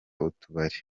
utubari